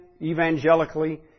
evangelically